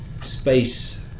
space